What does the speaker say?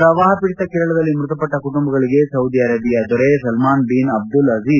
ಪ್ರವಾಹ ಪೀಡಿತ ಕೇರಳದಲ್ಲಿ ಮೃತಪಟ್ಟ ಕುಟುಂಬಗಳಿಗೆ ಸೌದಿ ಅರಬಿಯ ದೊರೆ ಸಲ್ಹಾನ್ ಬಿನ್ ಅಬ್ದುಲ್ ಅಜಿ